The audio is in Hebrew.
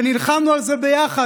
ונלחמנו על זה ביחד.